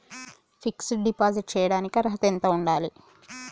Fix డ్ deposit చేయటానికి అర్హత ఎంత ఉండాలి?